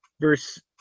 Verse